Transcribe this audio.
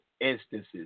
instances